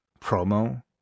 promo